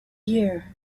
year